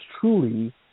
truly